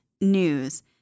news